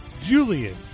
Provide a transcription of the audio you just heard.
Julian